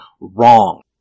wrong